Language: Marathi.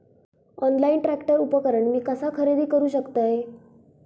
ऑनलाईन ट्रॅक्टर उपकरण मी कसा खरेदी करू शकतय?